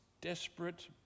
desperate